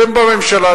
אתם בממשלה,